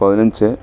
പതിനഞ്ച്